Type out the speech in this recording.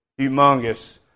humongous